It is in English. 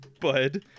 Bud